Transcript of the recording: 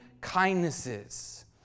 kindnesses